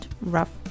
Rough